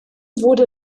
wurde